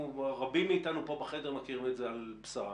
ורבים מאתנו בחדר מכירים את זה על בשרם.